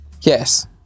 Yes